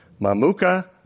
Mamuka